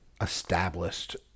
established